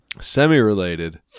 Semi-related